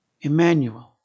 Emmanuel